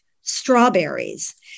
strawberries